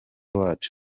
wacu